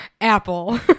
apple